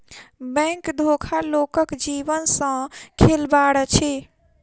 bank धोखा लोकक जीवन सॅ खेलबाड़ अछि